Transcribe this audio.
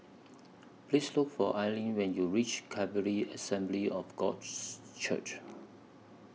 Please Look For Alline when YOU REACH Calvary Assembly of God Church